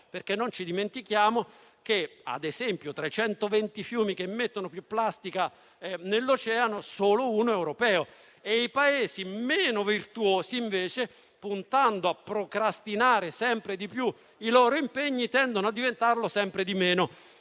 perché non ci dimentichiamo che, ad esempio, tra i 120 fiumi che immettono più plastica nell'oceano solo uno è europeo - e i Paesi meno virtuosi, puntando a procrastinare sempre di più i loro impegni, tendono a diventarlo sempre meno.